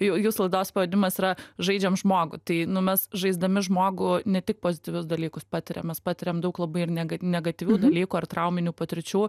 ju jūsų laidos pavadinimas yra žaidžiam žmogų tai nu mes žaisdami žmogų ne tik pozityvius dalykus patiriam mes patiriam daug labai ir nega negatyvių dalykų ar trauminių patirčių